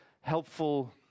helpful